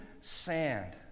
sand